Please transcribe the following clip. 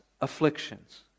afflictions